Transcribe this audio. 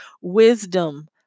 wisdom